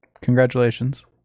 Congratulations